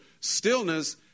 stillness